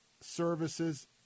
services